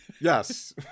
Yes